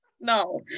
No